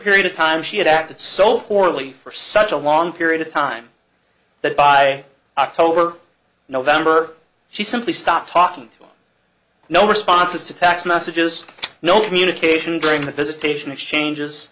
period of time she had acted so poorly for such a long period of time that by october or november she simply stopped talking and no responses to tax messages no communication during the visitation exchanges